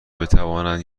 بتوانند